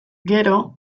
gero